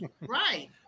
right